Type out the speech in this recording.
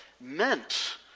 meant